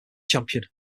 champion